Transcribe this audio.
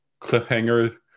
Cliffhanger